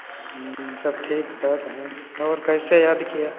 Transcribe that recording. सब ठीक ठाक है और कैसे याद किया